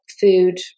food